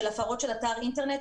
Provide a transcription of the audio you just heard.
של הפרות אתר אינטרנט,